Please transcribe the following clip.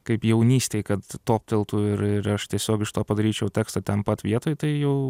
kaip jaunystėj kad topteltų ir ir aš tiesiog iš to padaryčiau tekstą ten pat vietoj tai jau